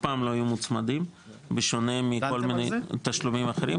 פעם לא היו מוצמדים בשונה מכל מיני תשלומים אחרים,